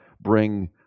bring